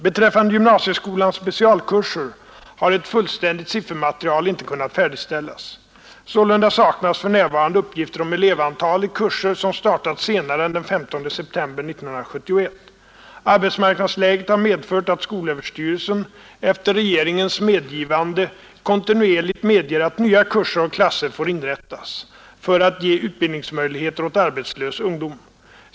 Beträffande gymnasieskolans specialkurser har ett fullständigt siffermaterial inte kunnat färdigställas. Sålunda saknas för närvarande uppgifter om elevantal i kurser som startat senare än den 15 september 1971. Arbetsmarknadsläget har medfört att skolöverstyrelsen, efter regeringens medgivande. kontinuerligt medger att nya kurser och klasser får inrättas för att ge utbildningsmöjligheter ät arbetslös ungdom.